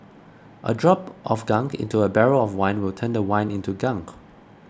a drop of gunk into a barrel of wine will turn the wine into gunk